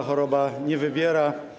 Choroba nie wybiera.